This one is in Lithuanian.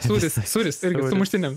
sūris sūris ir sumustinis